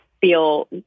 feel